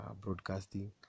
broadcasting